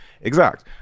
exact